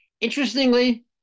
Interestingly